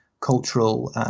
cultural